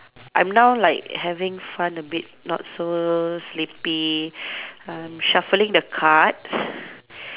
I'm now like having fun a bit not so sleepy I'm shuffling the cards